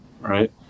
right